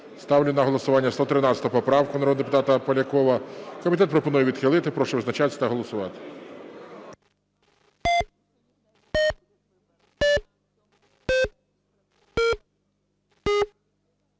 Ставлю на голосування 113 поправку народного депутата Полякова. Комітет пропонує відхилити. Прошу визначатись та голосувати.